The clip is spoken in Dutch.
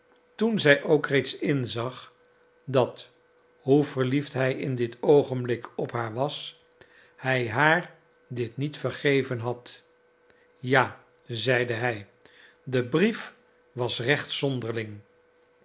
toen zij ook reeds inzag dat hoe verliefd hij in dit oogenblik op haar was hij haar dit niet vergeven had ja zeide hij de brief was